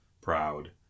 proud